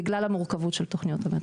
בגלל המורכבות של תוכניות המטרו.